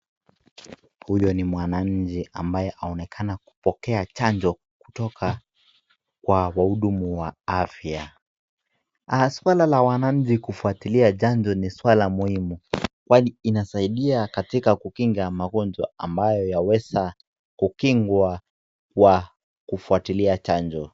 Huyu ni mwananchi ambaye aonekana kupoke chanjo kutoka kwa wahudumu wa afya. Suala la wananchi kufuatilia chanjo ni suala muhimu kwani inasaidia katika kukinga magonjwa ambayo yaweza kukingwa kwa kufuatilia chanjo.